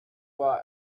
our